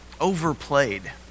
overplayed